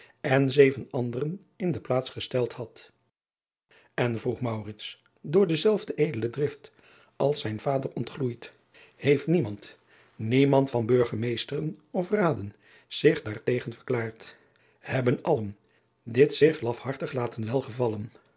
en zeven anderen in de plaats gesteld had n vroeg door de zelfde edele drift als zijn vader ontgloeid heeft niemand niemand van urgemeesteren of aden zich daar tegen verklaard ebben allen dit zich lafhartig laten welgevallen